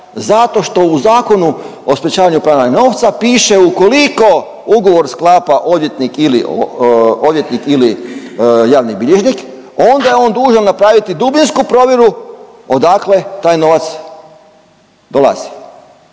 Zato što u Zakonu o sprječavanju pranja novca piše ukoliko ugovor sklapa odvjetnik ili, odvjetnik ili javni bilježnik onda je on dužan napraviti dubinsku provjeru odakle taj novac dolazi.